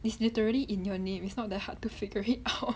is literally in your name is not that hard to figure it out